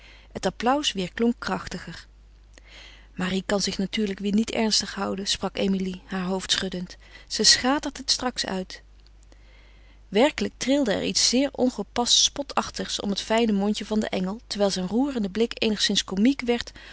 het applaus weêrklonk krachtiger marie kan zich natuurlijk weêr niet ernstig houden sprak emilie haar hoofd schuddend ze schatert het straks uit werkelijk trilde er iets zeer ongepast spotachtigs om het fijne mondje van den engel terwijl zijn roerende blik eenigszins komiek werd